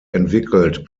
entwickelt